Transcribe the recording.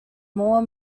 more